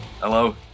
Hello